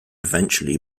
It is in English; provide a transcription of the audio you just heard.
eventually